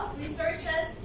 resources